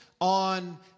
on